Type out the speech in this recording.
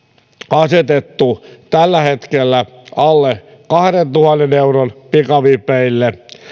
asetettu tällä hetkellä alle kahdentuhannen euron pikavipeille